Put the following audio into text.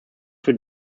für